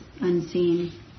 unseen